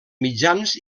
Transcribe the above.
mitjans